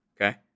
Okay